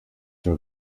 dem